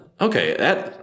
Okay